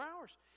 hours